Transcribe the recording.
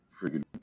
Freaking